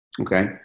Okay